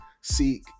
seek